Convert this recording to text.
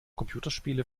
computerspiele